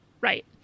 right